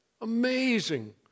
amazing